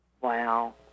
Wow